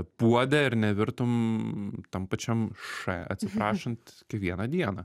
puode ir nevirtum tam pačiam š atsiprašant kiekvieną dieną